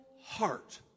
heart